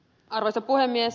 arvoisa puhemies